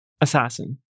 assassin